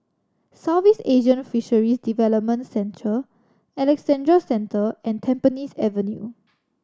Southeast Asian Fisheries Development Centre Alexandra Central and Tampines Avenue